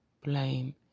blame